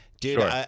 Dude